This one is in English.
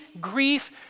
grief